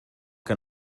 que